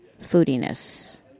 foodiness